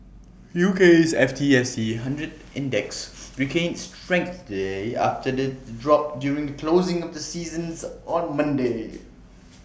UK's F T S E hundred index regains strength today after its drop during closing of the sessions on Monday